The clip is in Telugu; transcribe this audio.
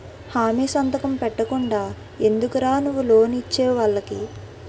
హామీ సంతకం పెట్టకుండా ఎందుకురా నువ్వు లోన్ ఇచ్చేవు వాళ్ళకి